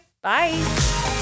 Bye